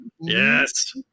yes